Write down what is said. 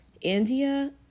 india